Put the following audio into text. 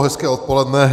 Hezké odpoledne.